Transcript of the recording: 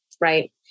right